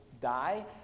die